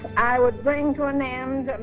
i would bring to an end.